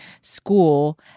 school